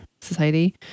Society